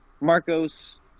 Marcos